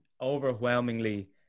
overwhelmingly